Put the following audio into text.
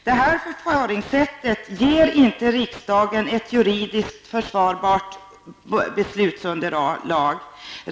Detta förfaringssätt för att ge riksdagen ett beslutsunderlag är inte juridiskt försvarbart.